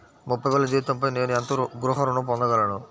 ముప్పై వేల జీతంపై నేను ఎంత గృహ ఋణం పొందగలను?